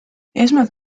esmalt